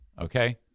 Okay